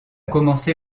commencé